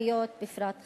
הערביות בפרט.